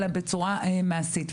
אלא בצורה מעשית.